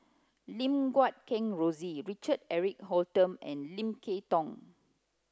Lim Guat Kheng Rosie Richard Eric Holttum and Lim Kay Tong